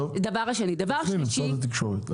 טוב, תפני למשרד התקשורת.